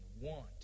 want